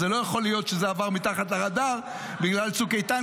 אז זה לא יכול להיות שזה עבר מתחת לרדאר בגלל צוק איתן,